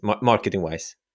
marketing-wise